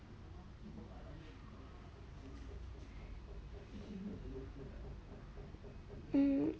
hmm